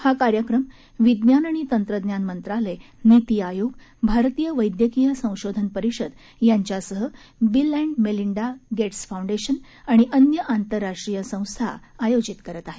हा कार्यक्रम विज्ञान आणि तंत्रज्ञान मंत्रालय नीती आयोग भारतीय वैद्यकीय संशोधन परिषद यांच्यासह Bill and Melinda Gates Foundation आणि अन्य आंतर्राष्ट्रीय संस्था आयोजित करत आहेत